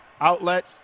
Outlet